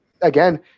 again